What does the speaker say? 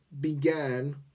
began